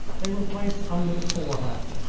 they were placed under the fore-hatch,